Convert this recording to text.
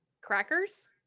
crackers